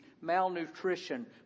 malnutrition